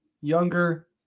younger